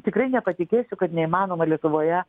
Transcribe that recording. tikrai nepatikėsiu kad neįmanoma lietuvoje